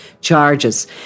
charges